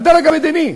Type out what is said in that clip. הדרג המדיני.